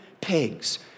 pigs